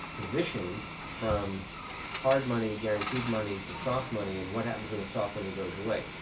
positions from hard money, guaranteed money to soft money and what happens when the soft money goes away?